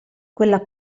quella